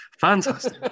fantastic